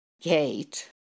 gate